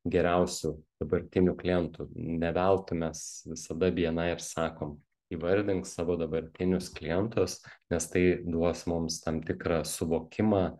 geriausių dabartinių klientų ne veltui mes visada bni ir sakom įvardink savo dabartinius klientus nes tai duos mums tam tikrą suvokimą